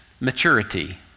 maturity